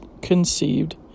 conceived